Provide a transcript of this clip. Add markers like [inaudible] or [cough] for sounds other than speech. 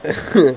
[noise]